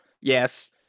Yes